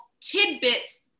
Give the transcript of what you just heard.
tidbits